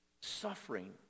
suffering